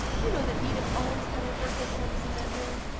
you know that edith always had her birthday parties in that room.